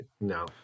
no